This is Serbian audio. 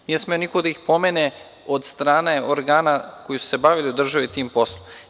Nije smeo niko da ih pomene od strane organa koji su se bavili tim poslom.